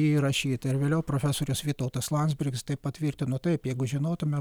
įrašyta ir vėliau profesorius vytautas landsbergis tai patvirtino taip jeigu žinotume